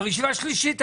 במוצר השלישי,